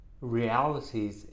realities